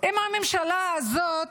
אם הממשלה הזאת